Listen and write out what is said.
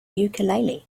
ukulele